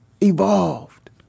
evolved